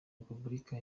repubulika